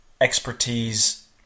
expertise